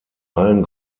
allen